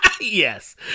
Yes